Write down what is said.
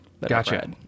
Gotcha